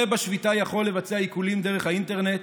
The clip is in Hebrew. בשביתה זוכה יכול לבצע עיקולים דרך האינטרנט,